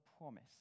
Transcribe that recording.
promise